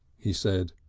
he said.